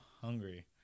hungry